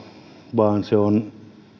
vaan se on